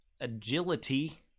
agility